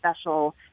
special